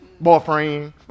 boyfriend